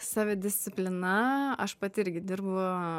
savidisciplina aš pati irgi dirbu